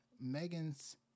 Megan's